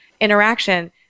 interaction